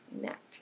neck